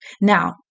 Now